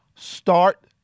Start